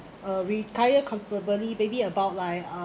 uh retire comfortably maybe about like uh